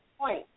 point